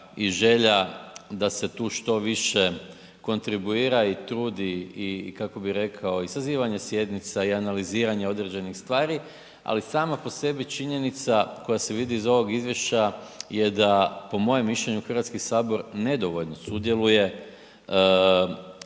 i želja da se tu što više kontribuira i trudi i kako bih rekao i sazivanje sjednica i analiziranje određenih stvari ali sama po sebi činjenica koja se vidi iz ovog izvješća je da po mojem mišljenju Hrvatski sabor nedovoljno sudjeluje